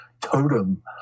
totem